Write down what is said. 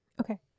Okay